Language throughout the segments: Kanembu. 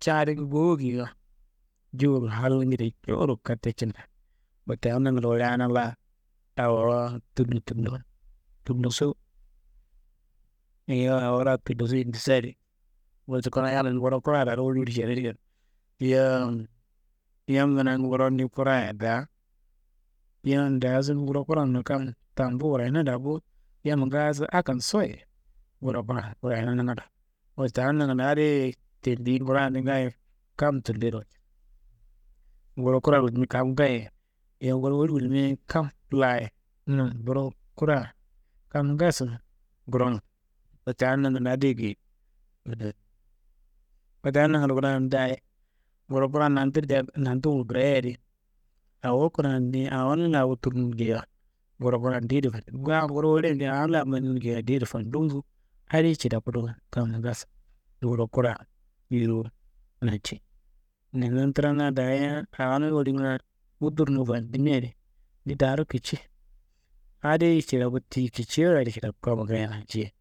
Ca adin ngowu geyiwa, jewuro halgede jowuro katte kinta, wote adi nangando woleana laa awowo tullo, tullo, tulloso, yowo awo laa tulloso, indiso adi, wote kuna yammi nguro kuraro daa woli woli ceredi kada. Yowo yam kuna nguronde kuraya daa̧, yam daason nguro kuran kam tambu wurayina daa bo, yamma ngaaso akan soyi, nguro kuran wurayena nangando, wote adi nangando adiye tendiyi nguro adin ngaayo kam tulloyero walkuno. Nguro kura wullimi kam ngaayeye. Yowo nguro woli wullimiaye kam laaye, nguro kura kam ngaaso ngurongu, wote adi nangando adiye geyi ‹noise›. Wote adi nangando, kuna yendi daayi, nguro kuran nantundean, nantungu kreye adi, awo kuna niyi anum laa uturnum geyiya nguro kuran deyiro fandimi, kuna nguro wolian di anum laa geyiya deyiro fandum bo, adi cidaku do, kam ngaayo nguro kura yuwu ruwu nanci, ninnantranga daaya anum woli kuna uturnum fandimia adi ni daaro kici, adiyi cidaku tiyi kiciroye cidaku kamma ngaayo nanjei,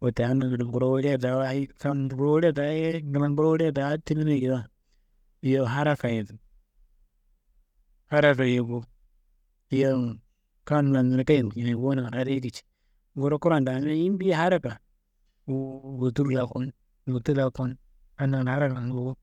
wote adi nangando nguro wolia daa wayi hayi kam, nguro wolia daaye, kuna nguro wolia daa timina geyiwa, yowo harakaye bo, harakaye bo, yowo kam laa niro kayiya gulnjina ye bo nangando adi kici, nguro kuran damia yimbi ye haraka ruwu wotur laa konu, moto laa konu, adi nangando harakanga ngufu.